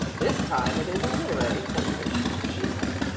this time it is a literary sensation, she said.